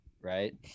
right